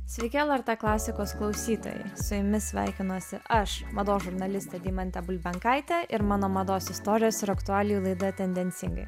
sveiki lrt klasikos klausytojai su jumis sveikinasi aš mados žurnalistė deimantė bulbenkaitė ir mano mados istorijos ir aktualijų laida tendencingai